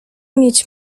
mieć